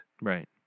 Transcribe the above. Right